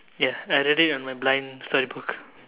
ya I read it on my blind storybook